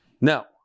now